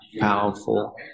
powerful